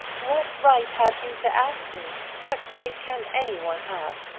what right have you to ask me? what right can any one have?